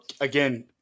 again